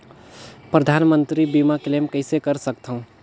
परधानमंतरी मंतरी बीमा क्लेम कइसे कर सकथव?